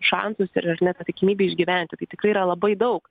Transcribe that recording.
šansus ir ar ne tą tikimybę išgyventi tai tikrai yra labai daug